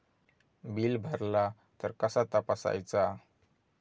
Bill भरला तर कसा तपसायचा?